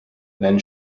then